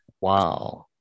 wow